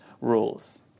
rules